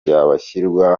byashyirwa